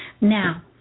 now